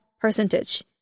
percentage